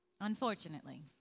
Unfortunately